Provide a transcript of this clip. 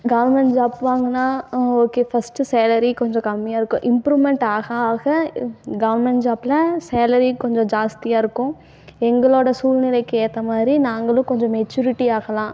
government job வாங்கினா ம் okay first salary கொஞ்சம் கம்மியாக இருக்கும் இம்ப்ரூமெண்ட் ஆக ஆக கவர்மெண்ட் ஜாபில் சேலரி கொஞ்சம் ஜாஸ்தியாக இருக்கும் எங்களோடய சூழ்நிலைக்கு ஏற்ற மாதிரி நாங்களும் கொஞ்சம் மெச்சூரிட்டி ஆகலாம்